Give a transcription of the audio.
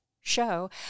show